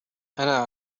أنا